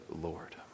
Lord